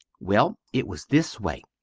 well it was this way,